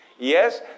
Yes